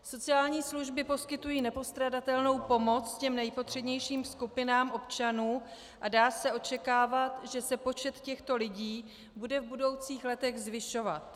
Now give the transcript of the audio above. Sociální služby poskytují nepostradatelnou pomoc těm nejpotřebnějším skupinám občanů a dá se očekávat, že se počet těchto lidí bude v budoucích letech zvyšovat.